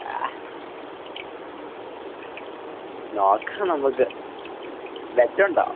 ആ നോക്കാം നമ്മക്ക് ബെറ്റൊണ്ടോ